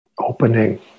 opening